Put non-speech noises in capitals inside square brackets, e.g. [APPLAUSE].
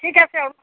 ঠিক আছে [UNINTELLIGIBLE]